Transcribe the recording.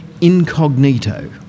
incognito